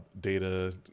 data